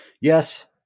Yes